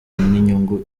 n’inyungu